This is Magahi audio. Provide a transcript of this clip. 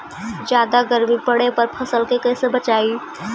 जादा गर्मी पड़े पर फसल के कैसे बचाई?